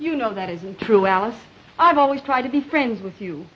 you know that isn't true alice i've always tried to be friends with you